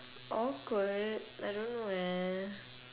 awkward I don't know eh